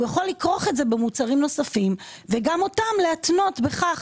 הוא יכול לכרוך את זה במוצרים נוספים וגם אותם להתנות את זה בכך